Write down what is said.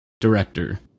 Director